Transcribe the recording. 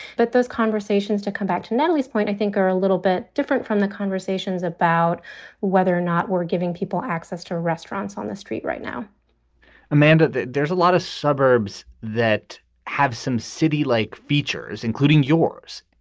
but those conversations to come back to natalie's point, i think, are a little bit different from the conversations about whether or not we're giving people access to restaurants on the street right now amanda, there's a lot of suburbs that have some city like features, including yours.